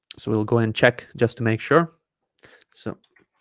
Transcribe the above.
so we'll go and check just to make sure so